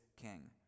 king